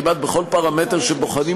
כמעט בכל פרמטר שבוחנים,